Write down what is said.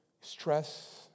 stress